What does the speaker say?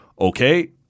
okay